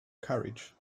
courage